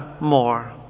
more